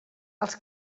els